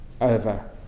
over